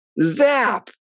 Zap